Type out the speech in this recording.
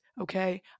Okay